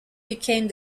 became